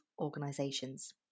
organisations